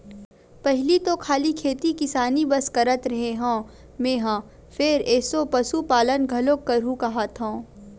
पहिली तो खाली खेती किसानी बस करत रेहे हँव मेंहा फेर एसो पसुपालन घलोक करहूं काहत हंव